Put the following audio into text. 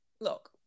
Look